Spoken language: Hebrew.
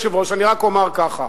אדוני היושב-ראש, אני רק אומר כך: